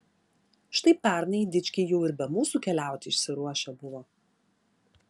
štai pernai dičkiai jau ir be mūsų keliauti išsiruošę buvo